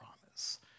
promise